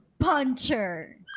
puncher